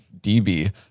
db